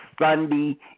sunday